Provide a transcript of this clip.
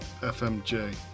FMJ